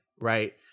right